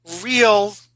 real